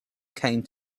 came